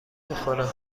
بخوره